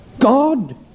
God